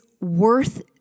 worth